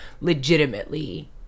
legitimately